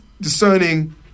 discerning